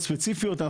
מספר פעולות ספציפיות,